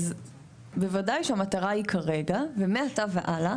אז וודאי שהמטרה היא כרגע ומעתה והלאה,